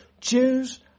Jews